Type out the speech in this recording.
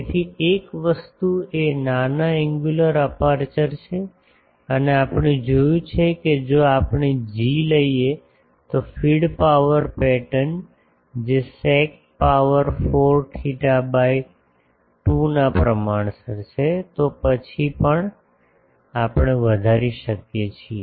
તેથી એક વસ્તુ એ નાના એન્ગ્યુલર અપેર્ચર છે અને આપણે જોયું છે કે જો આપણે જી લઈએ તો ફીડ પાવર પેટર્ન જે sec power 4 theta by 2 ના પ્રમાણસર છે તો પછી પણ આપણે વધારી શકીએ છીએ